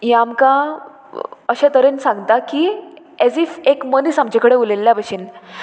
हें आमकां अशे तरेन सांगता की एज इफ एक मनीस आमचे कडेन उलयल्या भशेन